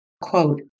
Quote